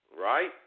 right